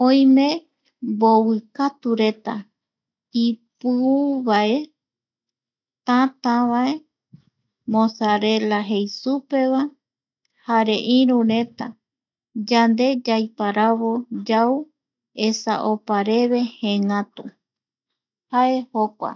Oime mbovikatu reta, ipuu, vae, tatava, mozarella jei supe va, jare iru reta, yande yaiparavo yau esa opareve jee ngatu jae jokua